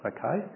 Okay